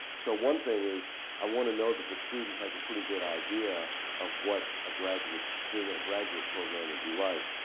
so, one thing is i want to know that the student has a pretty good idea of what ah being in a graduate program would be like.